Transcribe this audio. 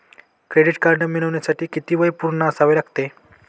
Credit card मिळवण्यासाठी किती वय पूर्ण असावे लागते?